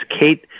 kate